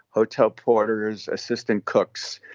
hotel porters, assistant cooks,